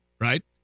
Right